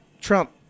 Trump